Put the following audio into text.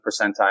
percentile